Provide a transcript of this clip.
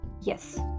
Yes